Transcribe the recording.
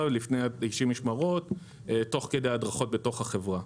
לפני 90 המשמרות תוך כדי הדרכו בתוך החברה.